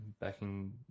backing